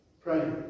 Pray